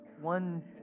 one